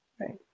Right